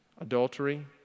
Adultery